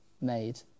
made